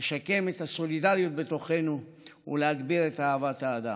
לשקם את הסולידריות בתוכנו ולהגביר את אהבת האדם.